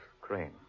Crane